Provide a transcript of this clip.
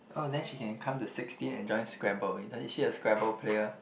oh then she can come to sixteen and join Scrabble is she a Scrabble player